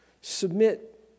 submit